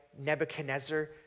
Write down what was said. Nebuchadnezzar